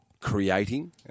creating